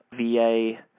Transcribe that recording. VA